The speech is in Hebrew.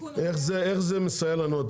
איך התיקון הזה מסייע לנו?